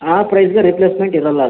ಆ ಪ್ರೈಸ್ಗೆ ರಿಪ್ಲೆಸ್ಮೆಂಟ್ ಇರೋಲ್ಲ ಅದು